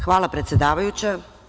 Hvala, predsedavajuća.